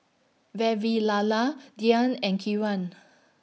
Vavilala Dhyan and Kiran